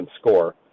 score